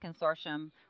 Consortium